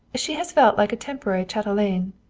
she has felt like a temporary chatelaine.